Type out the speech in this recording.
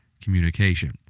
communication